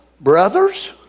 brothers